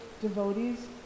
devotees